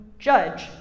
Judge